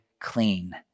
clean